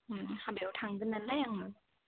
हाबायाव थांगोन नालाय आङो